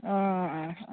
অঁ